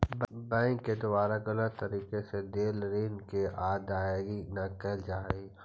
bank के द्वारा गलत तरीका से देल ऋण के अदायगी न कैल जा हइ